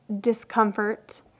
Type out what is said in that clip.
discomfort